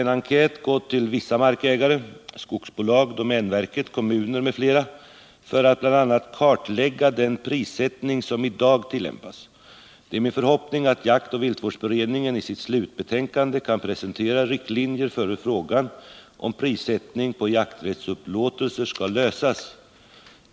en enkät gått till vissa markägare — skogsbolag, domänverket, kommuner m.fl. — för att bl.a. kartlägga den prissättning som i dag tillämpas. Det är min förhoppning att jaktoch viltvårdsberedningen i sitt slutbetänkande kan presentera riktlinjer för hur frågan om prissättning på jakträttsupplåtelser skall lösas.